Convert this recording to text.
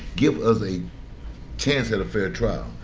give us a chance at a fair trial.